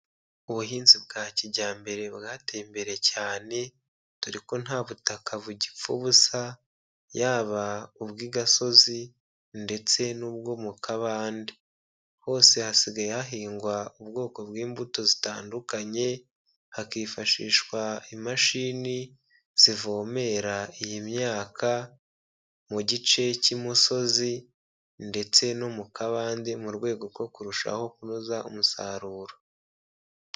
Ubuhinzi bwa kijyambere bwateye imbere cyane, dore ko nta butaka bugipfa ubusa, yaba ubw'igasozi ndetse n'ubwo mu kabande. Hose hasigaye hahingwa ubwoko bw'imbuto zitandukanye, hakifashishwa imashini zivomera iyi myaka mu gice cy'imusozi ndetse no mu kabande mu rwego rwo kurushaho kunoza umusaruro.